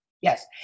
Yes